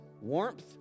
Warmth